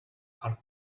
are